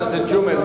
חבר הכנסת ג'ומס.